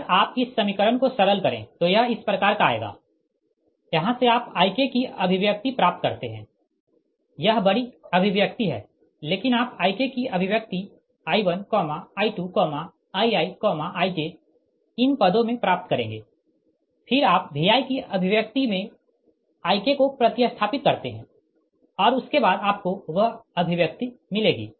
फिर आप इस समीकरण को सरल करें तो यह इस प्रकार का आएगा यहाँ से आप Ik की अभिव्यक्ति प्राप्त करते है यह बड़ी अभिव्यक्ति है लेकिन आप Ik की अभिव्यक्ति I1I2IiIj इन पदों में प्राप्त करेंगें फिर आप Vi की अभिव्यक्ति में Ik को प्रति स्थापित करते है और उसके बाद आपको वह अभिव्यक्ति मिलेगी